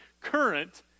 current